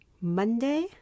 Monday